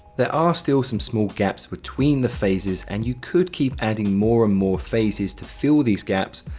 there are still some small gaps between the phases and you could keep adding more and more phases to fill these gaps,